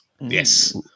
Yes